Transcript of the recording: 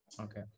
okay